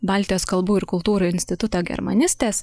baltijos kalbų ir kultūrų instituto germanistės